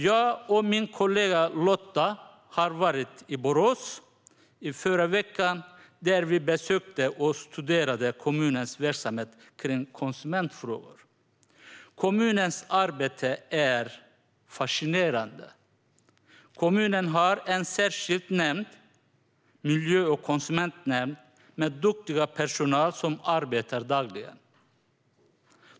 Jag och min kollega Lotta har varit i Borås i förra veckan, där vi besökte och studerade kommunens verksamhet kring konsumentfrågor. Kommunens arbete är fascinerande. Kommunen har en särskild nämnd, Miljö och konsumentnämnden, med duktig personal som arbetar dagligen.